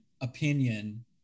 opinion